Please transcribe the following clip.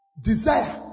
desire